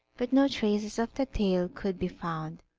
but no traces of the tail could be found,